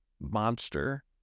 monster